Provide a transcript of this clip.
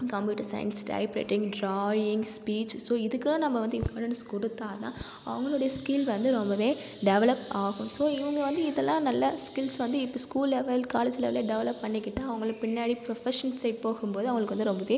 computer science typewriting drawings speech so இதுக்குலாம் நம்ம வந்து இம்பார்ட்டன்ஸ் கொடுத்தா தான் அவங்களுடைய ஸ்கில் வந்து ரொம்பவே டெவலப் ஆகும் ஸோ இவங்க வந்து இதெலாம் நல்ல ஸ்கில்ஸ் வந்து இப்போ ஸ்கூல் லெவல் காலேஜ் லெவலில் டெவலப் பண்ணிக்கிட்டால் அவங்களுக்கு பின்னாடி ப்ரொஃபஸன் சைடு போகும்போது அவங்களுக்கு வந்து ரொம்பவே